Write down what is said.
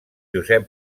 josep